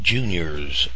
Junior's